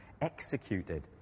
executed